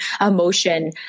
emotion